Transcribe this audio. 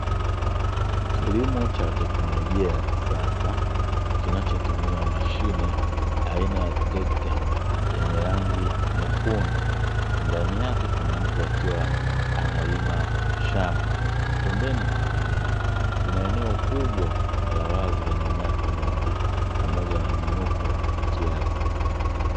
Kilimo cha teknolojia ya kisasa, kinachotumia mashine aina ya trekta yenye rangi nyekundu, ndani yake kuna kuna mtu akiwa analima shamba, pembeni kuna majani. Kuna eneo kubwa la wazi lenye nyasi nyingi, pamoja na mwinuko kiasi.